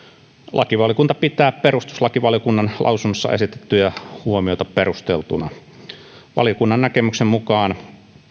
lakivaliokunta pitää perustuslakivaliokunnan lausunnossa esitettyjä huomioita perusteltuina valiokunnan näkemyksen mukaan